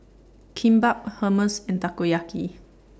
Kimbap Hummus and Takoyaki